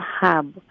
hub